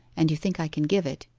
and you think i can give it,